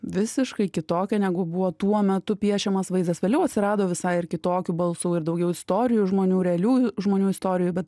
visiškai kitokia negu buvo tuo metu piešiamas vaizdas vėliau atsirado visai kitokių balsų ir daugiau istorijų žmonių realių žmonių istorijų bet